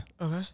Okay